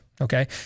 Okay